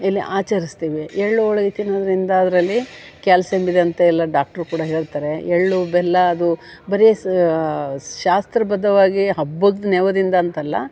ಎಲ್ಲ ಆಚರಿಸ್ತೀವಿ ಎಳ್ಳು ಹೋಳ್ಗೆ ತಿನ್ನೋದರಿಂದ ಅದರಲ್ಲಿ ಕ್ಯಾಲ್ಸಿಯಂ ಇದೆ ಅಂತ ಎಲ್ಲ ಡಾಕ್ಟ್ರೂ ಕೂಡ ಹೇಳ್ತಾರೆ ಎಳ್ಳು ಬೆಲ್ಲ ಅದು ಬರೇ ಸ ಶಾಸ್ತ್ರಬದ್ಧವಾಗಿ ಹಬ್ಬದ ನೆವದಿಂದ ಅಂತಲ್ಲ